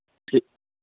ठीक